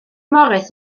morris